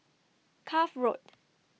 Cuff Road